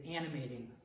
animating